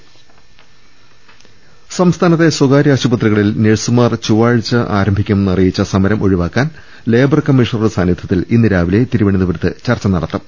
രുട്ട്ട്ട്ട്ട്ട്ട്ട സംസ്ഥാനത്തെ സ്വകാര്യ ആശുപത്രികളിൽ നഴ്സുമാർ ചൊവ്വാഴ്ച ആരംഭിക്കുമെന്ന് അറിയിച്ച സമരം ഒഴിവാക്കാൻ ലേബർ കമ്മീഷണറുടെ സാന്നിധ്യത്തിൽ ഇന്ന് രാവിലെ തിരുവനന്തപുരത്ത് ചർച്ച നടത്തും